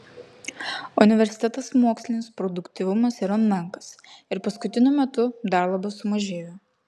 universitetas mokslinis produktyvumas yra menkas ir paskutiniu metu dar labiau sumažėjo